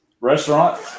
restaurant